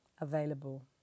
available